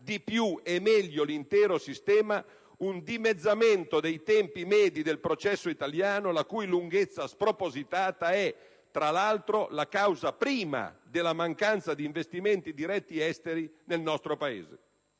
di più e meglio l'intero sistema, un dimezzamento dei tempi medi del processo italiano, la cui lunghezza spropositata è, tra l'altro, la causa prima della mancanza di investimenti diretti esteri nel nostro Paese.